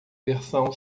versão